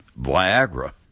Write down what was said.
Viagra